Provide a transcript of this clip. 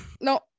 no